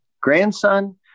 grandson